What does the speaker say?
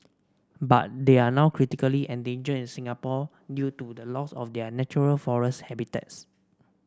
but they are now critically endangered in Singapore due to the loss of their natural forest habitats